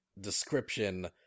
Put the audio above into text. description